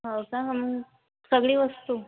हो का सगळी वस्तू